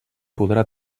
podrà